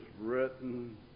written